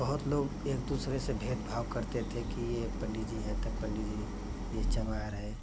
बहुत लोग एक दूसरे से भेदभाव करते थे कि ये पण्डित जी हैं तो पण्डित जी यह चमार है